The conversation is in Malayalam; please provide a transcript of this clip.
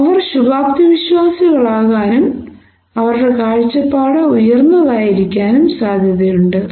അവർ ശുഭാപ്തി വിശ്വാസികളാകാനും അവരുടെ കാഴ്ചപ്പാട് ഉയർന്നതായിരിക്കാനും സാധ്യതയുണ്ട്